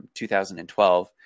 2012